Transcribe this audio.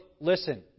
listen